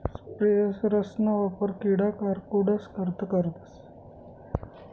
sprayers ना वापर किडा किरकोडस करता करतस